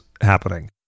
happening